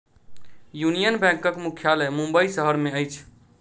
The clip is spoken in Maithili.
यूनियन बैंकक मुख्यालय मुंबई शहर में अछि